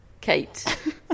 Kate